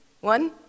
One